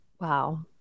Wow